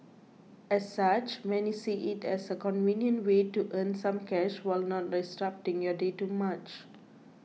as such many see it as a convenient way to earn some cash while not disrupting your day too much